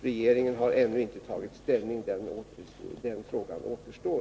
Regeringen har ännu inte tagit ställning — frågan återstår.